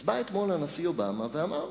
אז בא אתמול הנשיא אובמה ואמר: